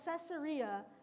Caesarea